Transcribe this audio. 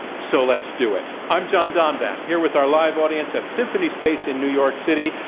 so, let's do it. i'm john donvan, here with our live audience at symphony space in new york city.